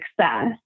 success